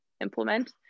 implement